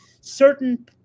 certain